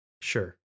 Sure